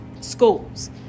schools